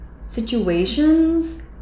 situations